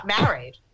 married